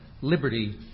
liberty